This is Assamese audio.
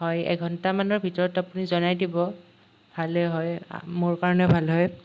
হয় এঘন্টা মানৰ ভিতৰত আপুনি জনাই দিব ভালেই হয় আ মোৰ কাৰণে ভাল হয়